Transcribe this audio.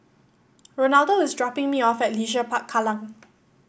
Ronaldo is dropping me off at Leisure Park Kallang